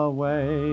Away